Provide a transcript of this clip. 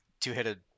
two-headed